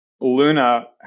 Luna